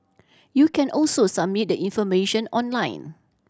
you can also submit the information online